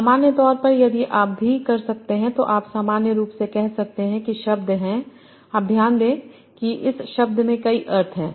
सामान्य तौर पर यदि आप भी कर सकते हैं तो आप सामान्य रूप से कह सकते हैं कि शब्द है संदर्भ समय 1938 आप ध्यान दें कि इस शब्द में कई अर्थ हैं